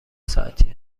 ساعتی